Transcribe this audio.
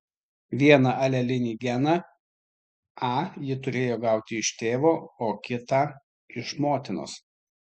vieną alelinį geną a ji turėjo gauti iš tėvo o kitą iš motinos